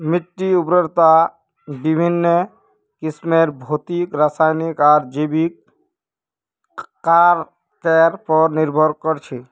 मिट्टीर उर्वरता विभिन्न किस्मेर भौतिक रासायनिक आर जैविक कारकेर पर निर्भर कर छे